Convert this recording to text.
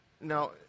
Now